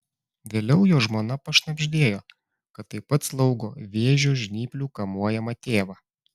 vėliau jo žmona pašnabždėjo kad taip pat slaugo vėžio žnyplių kamuojamą tėvą